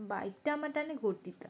বাইকটা মানে আমি গতিটা